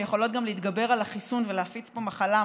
שגם יכולות להתגבר על החיסון ולהפיץ פה מחלה,